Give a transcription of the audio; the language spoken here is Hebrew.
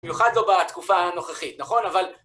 במיוחד לא בתקופה הנוכחית, נכון? אבל...